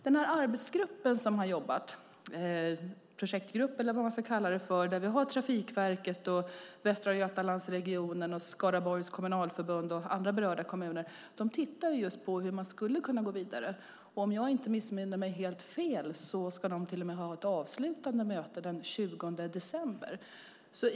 Den arbetsgrupp eller projektgrupp som har jobbat, där vi har Trafikverket, Västra Götalandsregionen, Skaraborgs kommunalförbund och andra berörda kommuner med, tittar på hur man skulle kunna gå vidare. Om jag inte missminner mig ska de till och med ha ett avslutande möte den 20 december.